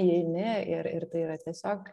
įeini ir ir tai yra tiesiog